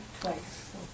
twice